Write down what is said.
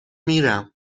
میرم